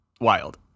wild